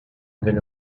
evel